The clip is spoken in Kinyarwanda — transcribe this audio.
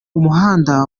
umuhanda